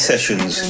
Sessions